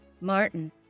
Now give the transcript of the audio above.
Martin